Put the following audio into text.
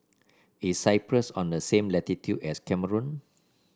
is Cyprus on the same latitude as Cameroon